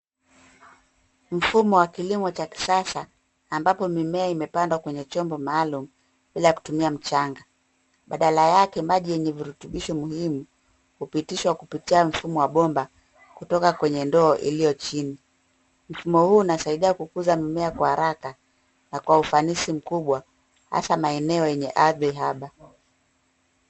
Mfumo wa kilimo cha kisasa ambapo mimea imepandwa kwenye chombo maalum bila kutumia mchanga, badala yake, maji yenye virutubisho muhimu hupitishwa kupitia mfumo wa bomba kutoka kwenye ndoo iliyo chini. Mfumo huu unasaidia kukuza mimea kwa haraka na kwa ufanisi mkubwa, hasa maeneo yenye ardhi haba.